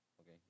okay